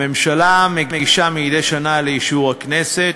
הממשלה מגישה מדי שנה לאישור הכנסת